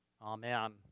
Amen